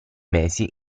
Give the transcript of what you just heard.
mesi